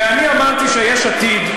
ואני אמרתי שיש עתיד,